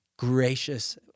gracious